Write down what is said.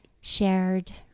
shared